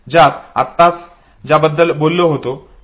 आपण आत्ताच त्याबद्दल बोललो होतो